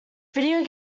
video